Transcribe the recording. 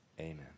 amen